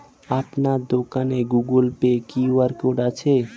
আপনার দোকানে Google Pay QR code আছে?